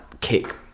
kick